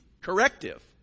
corrective